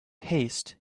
haste